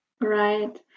Right